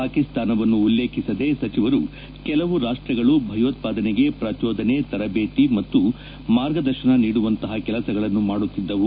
ಪಾಕಿಸ್ತಾನವನ್ನು ಉಲ್ಲೇಖಿಸದೆ ಸಚಿವರು ಕೆಲವು ರಾಷ್ಟಗಳು ಭಯೋತ್ವಾದನೆಗೆ ಪ್ರಚೋದನೆ ತರಬೇತಿ ಮತ್ತು ಮಾರ್ಗದರ್ಶನ ನೀಡುವಂತಹ ಕೆಲಸಗಳನ್ನು ಮಾಡುತ್ತಿದ್ದವು